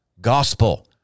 gospel